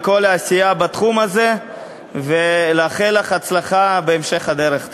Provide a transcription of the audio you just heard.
כל העשייה בתחום הזה ולאחל לך הצלחה בהמשך הדרך.